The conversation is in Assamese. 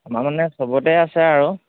আমাৰ মানে চবতে আছে আৰু